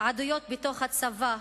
עדויות בתוך הצבא,